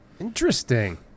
Interesting